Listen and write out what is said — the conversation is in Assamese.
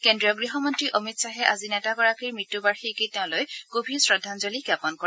কেন্দ্ৰীয় গৃহমন্ত্ৰী অমিত খাহে আজি নেতাগৰাকীৰ মৃত্যুবাৰ্ষিকীত তেওঁলৈ গভীৰ শ্ৰদ্ধাঞ্জলি জ্ঞাপন কৰে